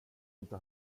inte